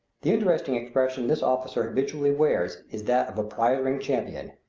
the interesting expression this officer habitually wears is that of a prize-ring champion,